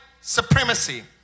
supremacy